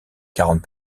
quarante